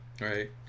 right